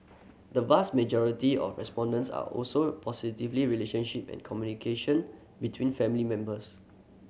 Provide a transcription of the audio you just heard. the vast majority of respondents are also positively relationship and communication between family members